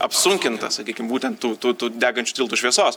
apsunkinta sakykim būtent tų tų tų degančių tiltų šviesos